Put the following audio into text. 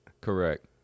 Correct